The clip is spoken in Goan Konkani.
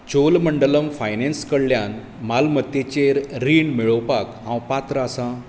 चोलमंडलम फायनान्स कडल्यान मालमत्तेचेर रीण मेळोवपाक हांव पात्र आसां